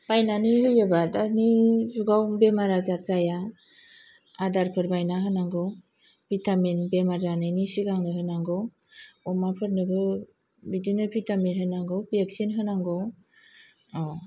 बायनानै होयोबा दानि जुगाव बेमार आजार जाया आदारफोर बायनानै होनांगौ भिटामिन बेमार जानायनि सिगांनो होनांगौ अमाफोरनोबो बिदिनो भिटामिन होनांगौ भेकसिन होनांगौ औ